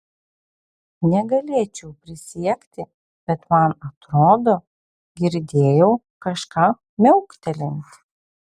negalėčiau prisiekti bet man atrodo girdėjau kažką miauktelint